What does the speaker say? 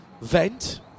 vent